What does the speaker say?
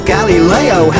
Galileo